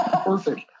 Perfect